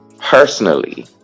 personally